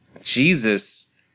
Jesus